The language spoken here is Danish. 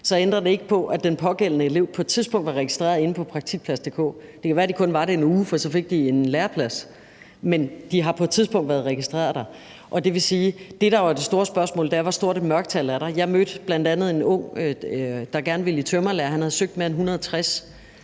så ændrer det ikke på, at de pågældende elever på et tidspunkt var registreret inde på Praktikplads.dk. Det kan være, at de kun var det i en uge, fordi de så fik en læreplads, men de har på et tidspunkt været registreret der, og det vil jo sige, at det, der er det store spørgsmål, er, hvor stort et mørketal der er. Jeg mødte bl.a. en ung, der gerne ville i tømrerlære, og han havde søgt mere end 160